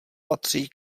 patří